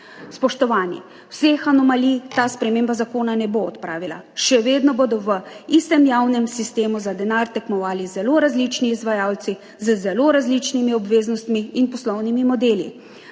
Spoštovani, vseh anomalij ta sprememba zakona ne bo odpravila, še vedno bodo v istem javnem sistemu za denar tekmovali zelo različni izvajalci z zelo različnimi obveznostmi in poslovnimi modeli.